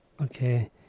Okay